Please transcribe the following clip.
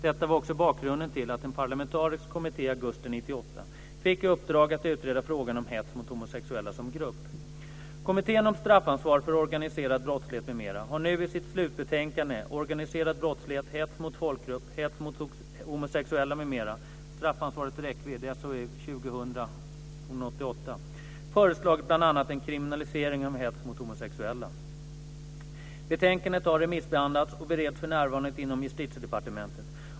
Detta var också bakgrunden till att en parlamentarisk kommitté i augusti 1998 fick i uppdrag att utreda frågan om hets mot homosexuella som grupp. 2000:88) föreslagit bl.a. en kriminalisering av hets mot homosexuella. Betänkandet har remissbehandlats och bereds för närvarande inom Justitiedepartementet.